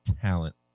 talent